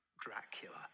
Dracula